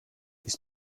ist